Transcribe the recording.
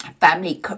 family